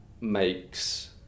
makes